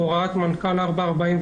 הוראת מנכ"ל 4/49,